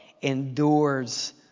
endures